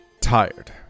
Tired